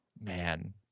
Man